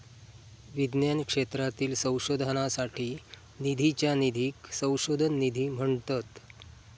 विज्ञान क्षेत्रातील संशोधनासाठी निधीच्या निधीक संशोधन निधी म्हणतत